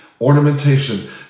ornamentation